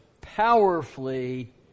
powerfully